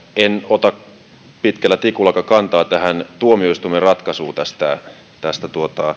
ota pitkällä tikullakaan kantaa tähän tuomioistuimen ratkaisuun tästä